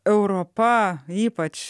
europa ypač